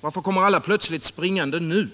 Varför kommer alla plötsligt springande nu?